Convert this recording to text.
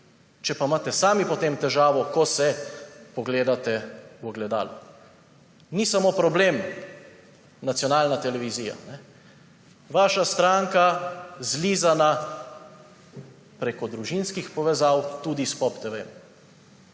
če pa imate sami potem težavo, ko se pogledate v ogledalo. Ni samo problem nacionalna televizija. Vaša stranka je zlizana preko družinskih povezav tudi s POP TV.